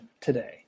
today